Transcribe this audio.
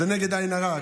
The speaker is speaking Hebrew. זה נגד עין הרע.